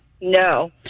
No